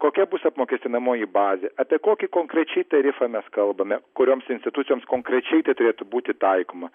kokia bus apmokestinamoji bazė apie kokį konkrečiai tarifą mes kalbame kurioms institucijoms konkrečiai tai turėtų būti taikoma